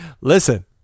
listen